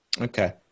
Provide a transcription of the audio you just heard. Okay